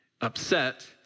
upset